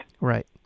Right